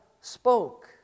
spoke